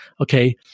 Okay